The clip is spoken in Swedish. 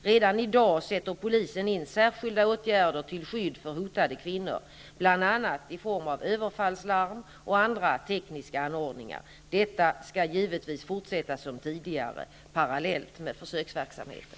Redan i dag sätter polisen in särskilda åtgärder till skydd för hotade kvinnor, bl.a. i form av överfallslarm och andra tekniska anordningar. Detta skall givetvis fortsätta som tidigare, parallellt med försöksverksamheten.